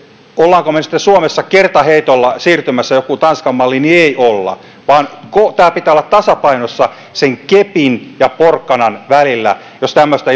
olemmeko me sitten suomessa kertaheitolla siirtymässä johonkin tanskan malliin emme ole vaan tämän pitää olla tasapainossa sen kepin ja porkkanan välillä jos tämmöistä